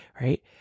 right